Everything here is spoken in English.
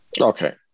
Okay